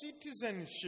citizenship